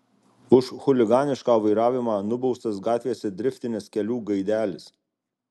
už chuliganišką vairavimą nubaustas gatvėse driftinęs kelių gaidelis